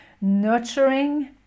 nurturing